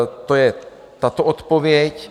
To je tato odpověď.